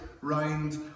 round